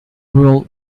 will